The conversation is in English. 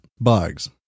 bugs